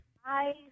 hi